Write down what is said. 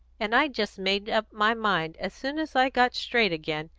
and i just made up my mind, as soon as i got straight again,